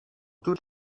toute